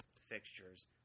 fixtures